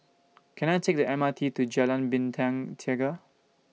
Can I Take The M R T to Jalan Bintang Tiga